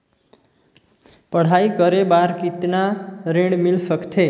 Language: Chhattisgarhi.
पढ़ाई करे बार कितन ऋण मिल सकथे?